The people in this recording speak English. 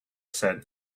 said